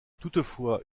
toutefois